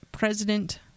President